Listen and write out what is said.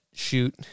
Shoot